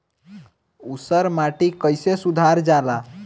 ऊसर माटी कईसे सुधार जाला?